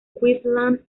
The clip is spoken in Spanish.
queensland